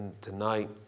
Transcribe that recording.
tonight